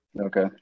Okay